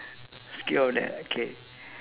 skip on that okay